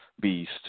Beast